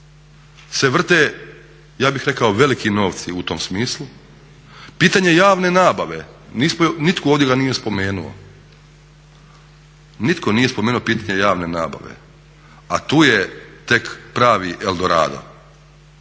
se vrte ja bih rekao veliki novci u tom smislu. Pitanje javne nabave, nitko ga ovdje nije spomenuo, nitko nije spomenuo pitanje javne nabave, a tu je tek pravi El Dorado.